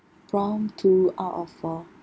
from two out of four